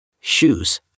Shoes